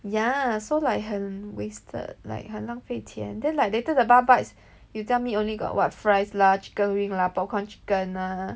ya so like 很 wasted like 很浪费钱 then like later the bar bites you tell me only got what fries lah chicken wing lah popcorn chicken ah